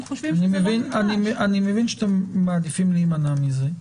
אני מבין שאתם מעדיפים להימנע מזה.